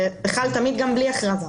זה חל תמיד גם בלי הכרזה.